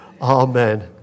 Amen